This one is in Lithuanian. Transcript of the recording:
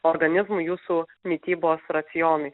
organizmui jūsų mitybos racionui